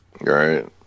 Right